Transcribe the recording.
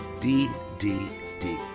ddd